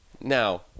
Now